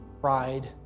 pride